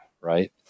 right